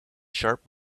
sharp